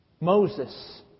Moses